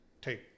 take